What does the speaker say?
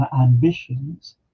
ambitions